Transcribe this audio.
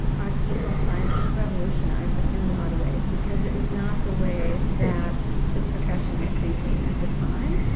occupational science was revolutionizing in a lot of ways because it was not the way that the profession was thinking at the time,